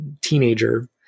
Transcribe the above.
teenager